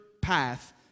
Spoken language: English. path